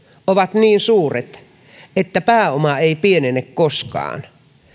ovat niin suuret että pääoma ei pienene koskaan